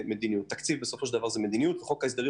תקציב בסופו של דבר זה מדיניות וחוק ההסדרים